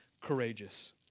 courageous